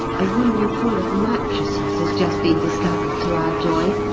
a room full of mattresses has just been discovered to our joy,